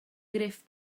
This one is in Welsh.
gruff